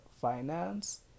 finance